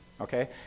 Okay